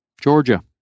Georgia